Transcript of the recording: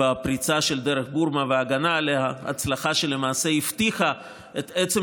בפריצה של דרך בורמה וההגנה עליה היא הצלחה שלמעשה הבטיחה את עצם